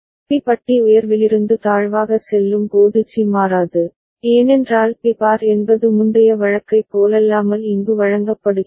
B பட்டி உயர்விலிருந்து தாழ்வாக செல்லும் போது சி மாறாது ஏனென்றால் பி பார் என்பது முந்தைய வழக்கைப் போலல்லாமல் இங்கு வழங்கப்படுகிறது